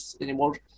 anymore